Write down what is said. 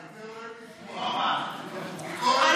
אה,